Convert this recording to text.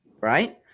Right